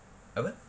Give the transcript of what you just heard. apa